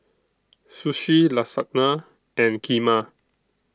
Sushi Lasagna and Kheema